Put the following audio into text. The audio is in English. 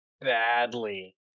badly